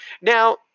Now